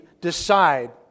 decide